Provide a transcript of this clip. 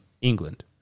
England